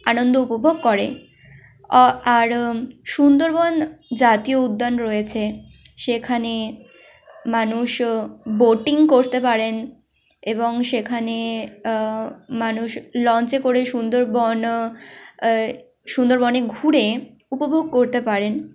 আনন্দ উপভোগ করে আর সুন্দরবন জাতীয় উদ্যান রয়েছে সেখানে মানুষ বোটিং করতে পারেন এবং সেখানে মানুষ লঞ্চে করে সুন্দরবন সুন্দরবনে ঘুরে উপভোগ করতে পারেন